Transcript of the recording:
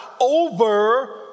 over